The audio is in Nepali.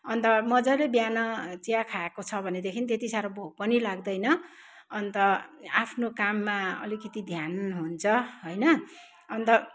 अन्त मजाले बिहान चिया खाएको छ भनेदेखि त्यति साह्रो भोक पनि लाग्दैन अन्त आफ्नो काममा अलिकति ध्यान हुन्छ होइन अन्त